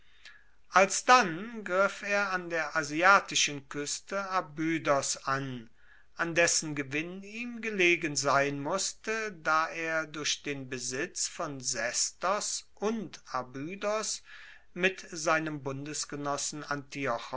alsdann griff er an der asiatischen kueste abydos an an dessen gewinn ihm gelegen sein musste da er durch den besitz von sestos und abydos mit seinem